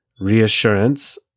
reassurance